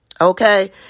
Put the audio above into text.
Okay